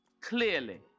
clearly